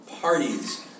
parties